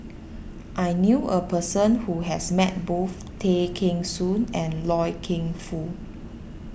I knew a person who has met both Tay Kheng Soon and Loy Keng Foo